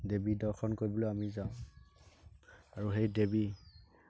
দেৱী দৰ্শন কৰিবলৈ আমি যাওঁ আৰু সেই দেৱী